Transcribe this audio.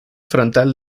frontal